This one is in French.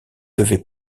devait